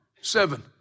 Seven